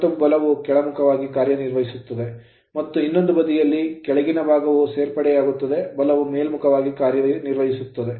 ಮತ್ತು ಬಲವು ಕೆಳಮುಖವಾಗಿ ಕಾರ್ಯನಿರ್ವಹಿಸುತ್ತದೆ ಮತ್ತು ಇನ್ನೊಂದು ಬದಿಯಲ್ಲಿ ಕೆಳಗಿನ ಭಾಗವು ಸೇರ್ಪಡೆಯಾಗುತ್ತದೆ ಬಲವು ಮೇಲ್ಮುಖವಾಗಿ ಕಾರ್ಯನಿರ್ವಹಿಸುತ್ತದೆ